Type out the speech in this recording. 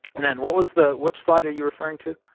and then what was the which slide are you referring to?